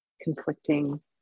conflicting